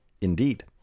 Indeed